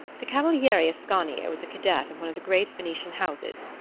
the cavaliere ascanio was a cadet of one of the great venetian houses,